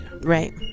Right